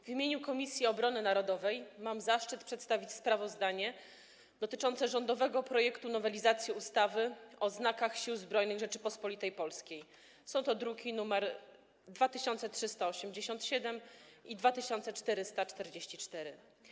W imieniu Komisji Obrony Narodowej mam zaszczyt przedstawić sprawozdanie dotyczące rządowego projektu nowelizacji ustawy o znakach Sił Zbrojnych Rzeczypospolitej Polskiej, druki nr 2387 i 2444.